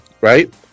right